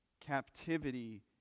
captivity